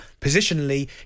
positionally